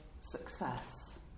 success